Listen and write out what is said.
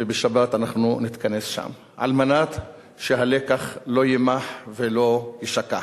ובשבת אנחנו נתכנס שם על מנת שהלקח לא יימח ולא יישכח.